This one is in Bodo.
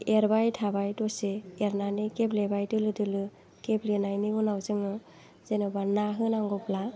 एरबाय थाबाय दसे एरनानै गेब्लेबाय दोलो दोलो गेब्लेनायनि उनाव जोङो जेनेबा ना होनांगौब्ला